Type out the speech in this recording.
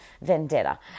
vendetta